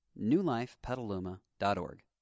newlifepetaluma.org